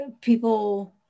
people